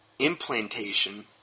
implantation